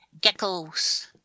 Geckos